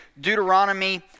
Deuteronomy